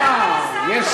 אתה תדבר ואני לא אהיה פה?